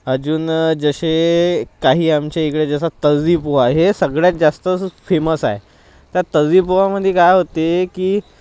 अजून जसे काही आमच्या इकडे जसं तर्रीपोहा हे सगळ्यात जास्त फेमस आहे त्या तर्रीपोहामध्ये काय होते की